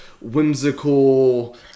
whimsical